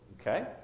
okay